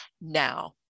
now